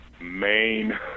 Main